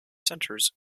centers